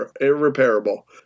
irreparable